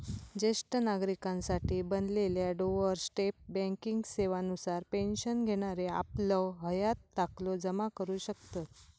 ज्येष्ठ नागरिकांसाठी बनलेल्या डोअर स्टेप बँकिंग सेवा नुसार पेन्शन घेणारे आपलं हयात दाखलो जमा करू शकतत